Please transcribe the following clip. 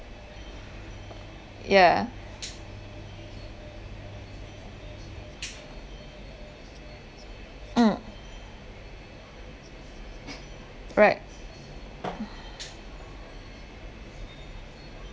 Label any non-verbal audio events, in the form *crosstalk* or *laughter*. *noise* yeah mm right *noise*